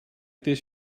this